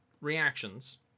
reactions